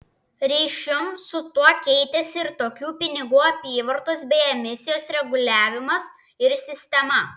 ryšium su tuo keitėsi ir tokių pinigų apyvartos bei emisijos reguliavimas ir sistema